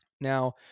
now